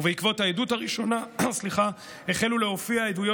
ובעקבות העדות הראשונה החלו להופיע עדויות